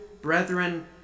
brethren